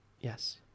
Yes